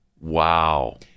Wow